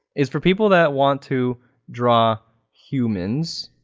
it's for people that want to draw humans